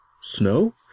snow